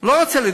לא רוצה,